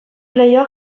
leioak